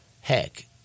Heck